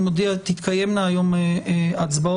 אני מודיע, תתקיימנה היום הצבעות.